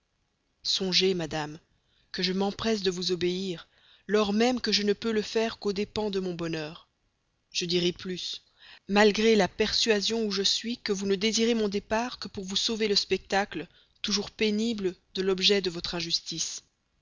songez madame que je m'empresse de vous obéir lors même que je ne peux le faire qu'aux dépens de mon bonheur je dirai plus malgré la persuasion où je suis que vous ne désirez mon départ que pour vous sauver le spectacle toujours pénible de l'objet de votre injustice